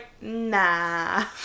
nah